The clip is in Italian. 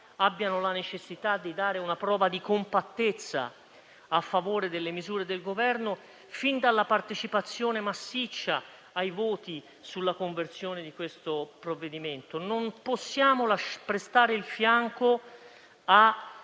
abbiano la necessità di dare una prova di compattezza a favore delle misure del Governo, fin dalla partecipazione massiccia al voto per la conversione di questo provvedimento. Non possiamo prestare il fianco a